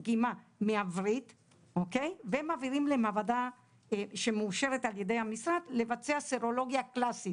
מהווריד ומעבירים למעבדה שמאושרת על ידי המשרד לבצע סרולוגיה קלאסית,